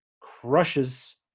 crushes